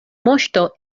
moŝto